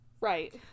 Right